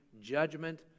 judgment